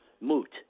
moot